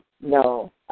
no